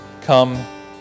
come